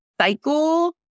cycle